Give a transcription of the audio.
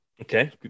Okay